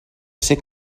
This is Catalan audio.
ser